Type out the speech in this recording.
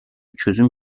çözüm